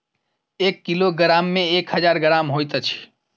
एक किलोग्राम मे एक हजार ग्राम होइत अछि